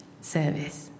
service